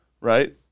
right